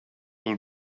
will